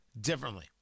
differently